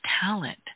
talent